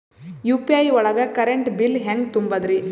UPI ಒಳಗ current bill ಹೆಂಗ್ ತುಂಬದ್ರಿ?